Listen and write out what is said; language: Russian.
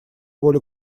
волю